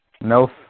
No